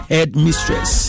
Headmistress